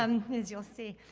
um as you'll see.